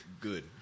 Good